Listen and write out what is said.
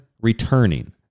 returning